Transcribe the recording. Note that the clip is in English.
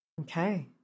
Okay